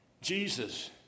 Jesus